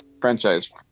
franchise